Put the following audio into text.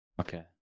okay